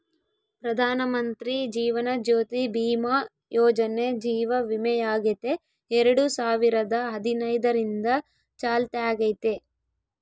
ಪ್ರಧಾನಮಂತ್ರಿ ಜೀವನ ಜ್ಯೋತಿ ಭೀಮಾ ಯೋಜನೆ ಜೀವ ವಿಮೆಯಾಗೆತೆ ಎರಡು ಸಾವಿರದ ಹದಿನೈದರಿಂದ ಚಾಲ್ತ್ಯಾಗೈತೆ